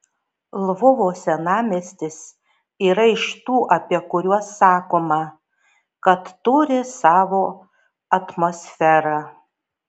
lvovo senamiestis yra iš tų apie kuriuos sakoma kad turi savo atmosferą